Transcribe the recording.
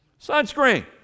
Sunscreen